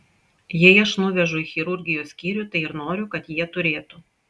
jei aš nuvežu į chirurgijos skyrių tai ir noriu kad jie turėtų